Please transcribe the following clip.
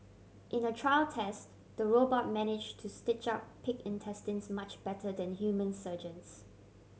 in a trial test the robot managed to stitch up pig intestines much better than human surgeons